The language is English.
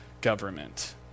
government